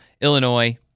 Illinois